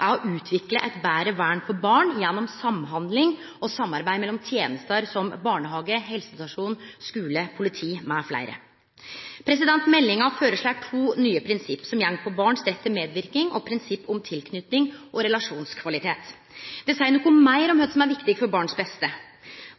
er å utvikle eit betre vern for barn gjennom samhandling og samarbeid mellom tenester som barnehage, helsestasjon, skule, politi m.fl. I proposisjonen blir det føreslått to nye prinsipp som går på barn sin rett til medverknad og om tilknyting og relasjonskvalitet. Det seier noko meir om kva som er viktig for barn sitt beste